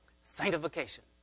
Sanctification